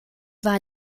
war